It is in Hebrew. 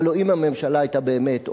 הלוא אם הממשלה היתה באמת,